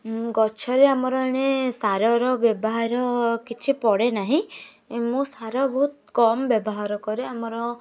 ମୁଁ ଗଛରେ ଆମର ଏଣେ ସାରର ବ୍ୟବହାର କିଛି ପଡ଼େ ନାହିଁ ମୁଁ ସାର ବହୁତ କମ୍ ବ୍ୟବହାର କରେ ଆମର